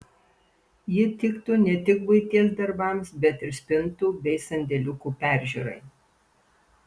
ji tiktų ne tik buities darbams bet ir spintų bei sandėliukų peržiūrai